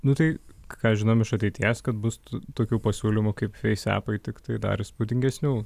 nu tai ką žinom iš ateities kad bus tokių pasiūlymų kaip feisepai tiktai dar įspūdingesnių